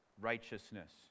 righteousness